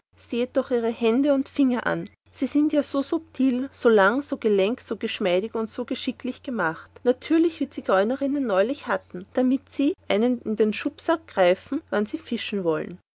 sehet doch ihre hände und finger an sie sind ja so subtil so lang so gelenk so geschmeidig und so geschicklich gemacht natürlich wie die zügeinerinnen neulich hatten damit sie einem in schubsack greifen wann sie fischen wollen